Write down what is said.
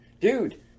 Dude